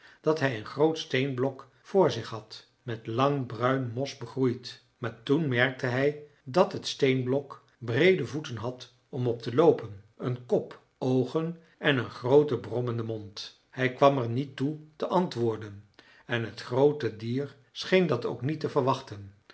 dat hij een groot steenblok voor zich had met lang bruin mos begroeid maar toen merkte hij dat het steenblok breede voeten had om op te loopen een kop oogen en een grooten brommenden mond hij kwam er niet toe te antwoorden en het groote dier scheen dat ook niet te verwachten